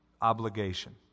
obligation